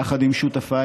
יחד עם שותפיי,